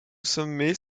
sommet